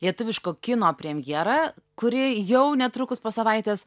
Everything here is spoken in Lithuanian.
lietuviško kino premjerą kuri jau netrukus po savaitės